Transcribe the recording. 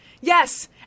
Yes